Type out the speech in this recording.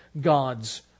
God's